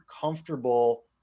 comfortable